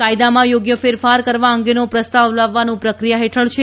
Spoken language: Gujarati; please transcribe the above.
કાયદામાં યોગ્ય ફેરફાર કરવા અંગેનો પ્રસ્તાવ લાવવાનું પ્રક્રિયા હેઠળ છે